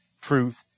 truth